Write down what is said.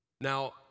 Now